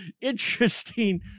interesting